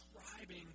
describing